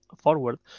forward